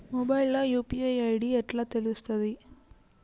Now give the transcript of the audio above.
Mobile లో UPI ID ఎట్లా తెలుస్తది?